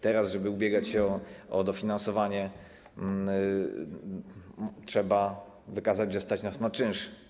Teraz, żeby ubiegać się o dofinansowanie, trzeba wykazać, że stać nas na czynsz.